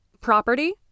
property